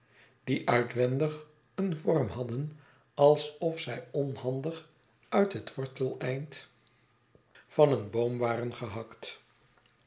die uitwendig een vorm hadden alsof zij onhandig nit het worteleind van een boom waren gehakt